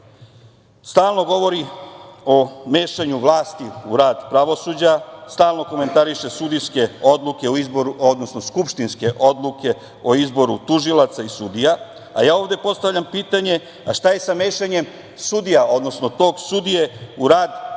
Stalno govori o mešanju vlasti u rad pravosuđa, stalno komentariše skupštinske odluke o izboru tužilaca i sudija, a ja ovde postavljam pitanje - a šta je sa mešanjem sudija, odnosno tog sudije u rad Narodne